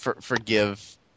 Forgive